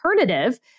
alternative